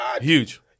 Huge